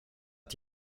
att